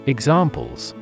Examples